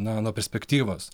na nuo perspektyvos